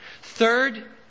Third